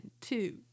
two